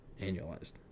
Annualized